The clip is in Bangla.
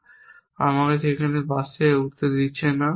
কিন্তু আমি সেখানে বাসে উঠতে দিচ্ছি না